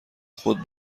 خود